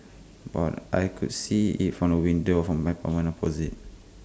but I could see IT from the windows of my apartment opposite